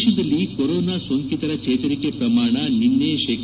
ದೇಶದಲ್ಲಿ ಕೊರೊನಾ ಸೋಂಕಿತರ ಚೇತರಿಕೆ ಪ್ರಮಾಣ ನಿನ್ನೆ ಶೇ